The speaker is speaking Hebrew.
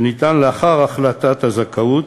שניתנה לאחר החלטת הזכאות,